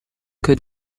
could